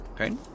Okay